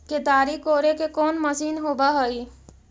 केताड़ी कोड़े के कोन मशीन होब हइ?